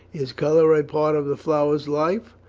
is colour a part of the flower's life,